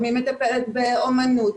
מטפלת באמנות,